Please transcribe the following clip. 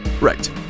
Right